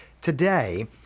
Today